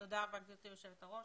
תודה רבה, גברתי היושבת-ראש.